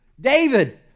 David